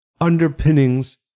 underpinnings